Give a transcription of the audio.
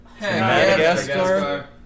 Madagascar